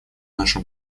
наше